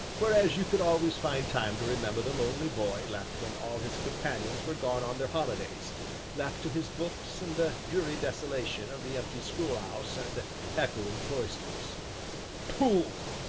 whereas you could always find time to remember the lonely boy left when all his companions were gone on their holidays left to his books and the dreary desolation of the empty schoolhouse, and echoing cloisters pooh!